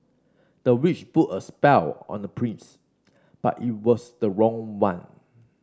the witch put a spell on the prince but it was the wrong one